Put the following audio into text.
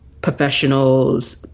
professionals